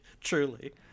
Truly